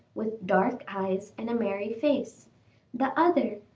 with dark eyes and a merry face the other,